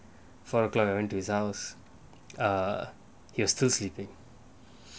four o'clock I went to his house uh he was still sleeping